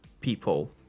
people